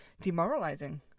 demoralizing